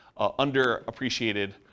underappreciated